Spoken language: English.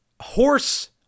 horse